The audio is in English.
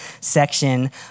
section